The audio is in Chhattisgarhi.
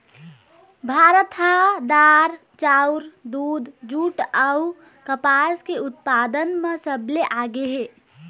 भारत ह दार, चाउर, दूद, जूट अऊ कपास के उत्पादन म सबले आगे हे